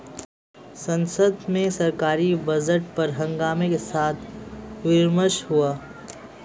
संसद में सरकारी बजट पर हंगामे के साथ विमर्श हुआ